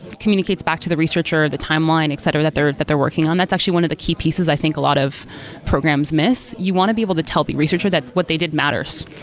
communicates back to the researcher the timeline, etc, that they're that they're working on. that's actually one of the key pieces, i think a lot of programs miss you want to be able to tell the researcher that what they did matters,